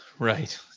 Right